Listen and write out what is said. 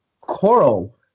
Coral